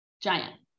giant